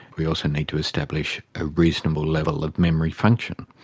we also need to establish a reasonable level of memory function.